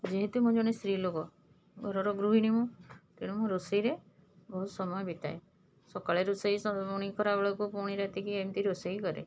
ଯେହେତୁ ମୁଁ ଜଣେ ସ୍ତ୍ରୀଲୋକ ଘରର ଗୃହିଣୀ ମୁଁ ତେଣୁ ମୁଁ ରୋଷେଇରେ ବହୁତ ସମୟ ବିତାଏ ସକାଳେ ରୋଷେଇ ପୁଣି ଖରାବେଳେକୁ ପୁଣି ରାତିକି ଏମିତି ରୋଷେଇ କରେ